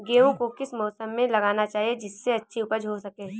गेहूँ को किस मौसम में लगाना चाहिए जिससे अच्छी उपज हो सके?